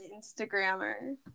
Instagrammer